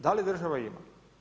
Da li država ima?